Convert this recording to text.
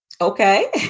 okay